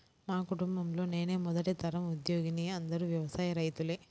మా కుటుంబంలో నేనే మొదటి తరం ఉద్యోగిని అందరూ వ్యవసాయ రైతులే